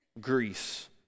Greece